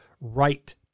right